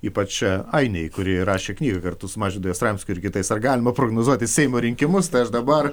ypač ainei kuri rašė knygą katu su mažvydu jastramskiu ir kitais ar galima prognozuoti seimo rinkimus tai aš dabar